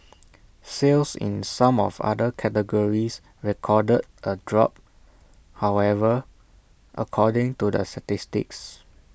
sales in some of other categories recorded A drop however according to the statistics